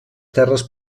terres